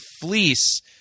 fleece